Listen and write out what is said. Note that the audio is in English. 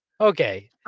Okay